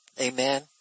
Amen